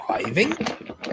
driving